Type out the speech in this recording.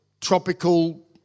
tropical